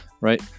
right